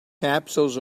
capsules